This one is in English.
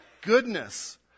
goodness